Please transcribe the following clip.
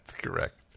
correct